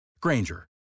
Granger